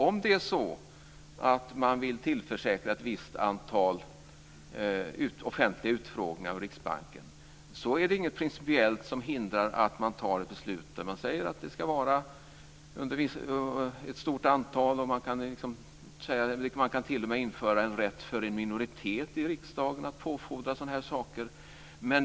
Om det är så att man vill tillförsäkra sig ett visst antal offentliga utfrågningar av Riksbanken är det inget principiellt som hindrar att man fattar ett beslut där man säger att det ska vara ett stort antal. Man kan t.o.m. införa en rätt för en minoritet i riksdagen att påfordra sådana här saker.